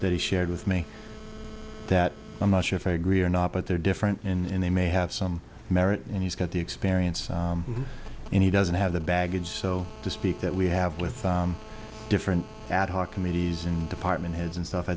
that he shared with me that i'm not sure if i agree or not but they're different and they may have some merit and he's got the experience and he doesn't have the baggage so to speak that we have with different ad hoc committees and department heads and stuff i